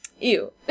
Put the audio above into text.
Ew